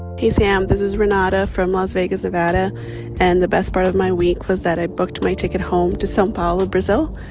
hey, sam. this is renata from las vegas, nev. and and the best part of my week was that i booked my ticket home to sao so paolo, brazil.